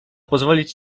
pozwolić